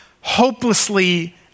hopelessly